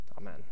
Amen